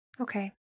Okay